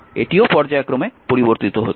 এটিও পর্যায়ক্রমে পরিবর্তিত হচ্ছে